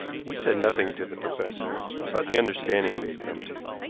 we said nothing to the professor about the understanding we had come to.